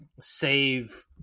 save